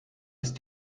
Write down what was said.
ist